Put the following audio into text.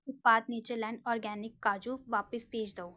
ਉਤਪਾਦ Natureland organic ਕਾਜੂ ਵਾਪਿਸ ਭੇਜ ਦਓ